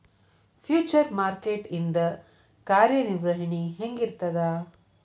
Future market ಇಂದ್ ಕಾರ್ಯನಿರ್ವಹಣಿ ಹೆಂಗಿರ್ತದ?